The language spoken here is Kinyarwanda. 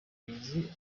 bagizi